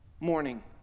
morning